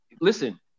Listen